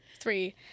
three